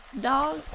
dog